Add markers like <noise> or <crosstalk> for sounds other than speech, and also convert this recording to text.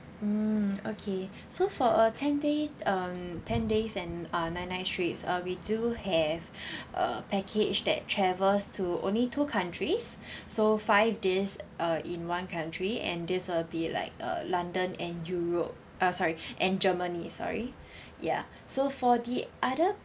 mm okay so for a ten day um ten days and uh nine nights trips uh we do have <breath> a package that travels to only two countries so five days uh in one country and this will be like uh london and europe uh sorry and germany sorry ya so for the other